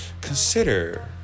consider